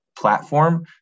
platform